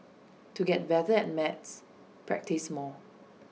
to get better at maths practise more